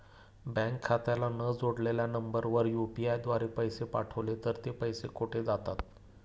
Bank खात्याला न जोडलेल्या नंबरवर यु.पी.आय द्वारे पैसे पाठवले तर ते पैसे कुठे जातात?